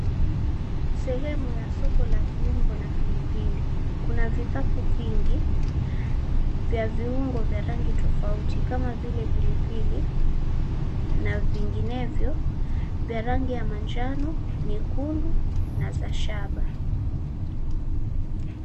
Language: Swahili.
Sehemu ya soko la viungo na pilipili. Kuna vikapu vingi vya viungo vya rangi tofauti kama vile pilipili na vinginevyo vya rangi ya manjano, nyekundu na za shaba.